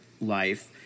life